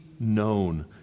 Known